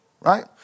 right